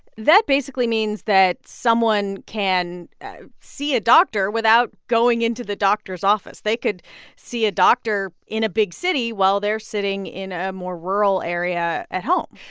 that basically means that someone can see a doctor without going into the doctor's office. they could see a doctor in a big city while they're sitting in a more rural area at home.